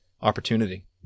opportunity